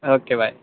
okay bye